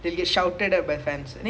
oh ஆமா:aamaa